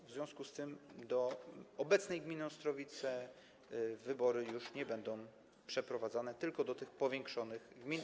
W związku z tym do obecnej gminy Ostrowice wybory już nie będą przeprowadzone, tylko do tych powiększonych gmin.